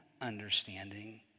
understanding